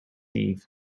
eve